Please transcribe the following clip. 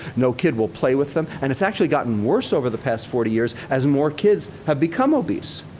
no kid will play with them. and it's actually gotten worse over the past forty years as more kids have become obese.